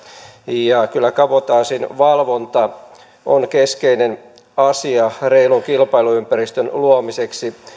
kyllä kabotaasin valvonta on keskeinen asia reilun kilpailuympäristön luomiseksi